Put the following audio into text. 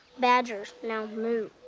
badgers. now move.